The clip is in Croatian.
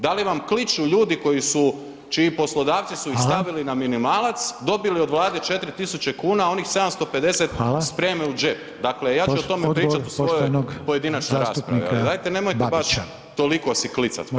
Da li vam kliču ljudi koji su čiji poslodavci su ih stavili na minimalac, dobili od Vlade 4000 kuna a onih 750 spreme u džep? [[Upadica Reiner: Hvala.]] Dakle, ja ću u o tome pričat u svojoj pojedinačnoj raspravi ali dajte nemojte baš toliko si klicat previše.